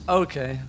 okay